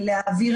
שלהם.